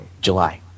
July